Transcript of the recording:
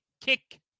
Kick